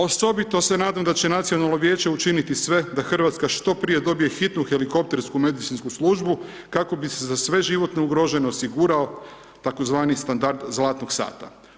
Osobito se nadam da će nacionalno vijeće učiniti sve da Hrvatska što prije dobije hitnu helikoptersku medicinsku službu kako bi se za sve životno ugrožene osigurao tzv. standard zlatnog sata.